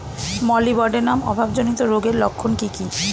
Molybdenum অভাবজনিত রোগের লক্ষণ কি কি?